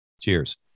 Cheers